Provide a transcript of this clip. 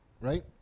right